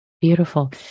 Beautiful